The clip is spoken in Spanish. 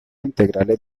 integrales